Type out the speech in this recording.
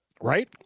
right